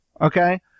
Okay